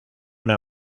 una